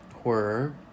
horror